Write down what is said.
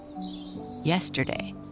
Yesterday